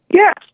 yes